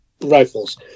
rifles